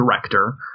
director